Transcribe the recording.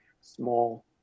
small